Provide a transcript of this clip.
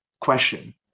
question